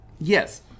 Yes